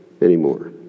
anymore